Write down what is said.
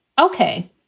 Okay